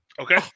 Okay